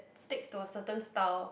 sticks to a certain style